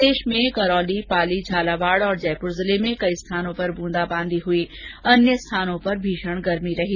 प्रदेश में करौली पाली झालावाड और जयपुर जिले में कई स्थानों पर ब्रंदाबांदी हुई प्रदेश के अन्य स्थानों पर भीषण गर्मी रही